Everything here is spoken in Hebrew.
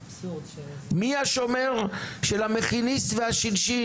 מיהו השומר של המכיניסט ושל הש"ש?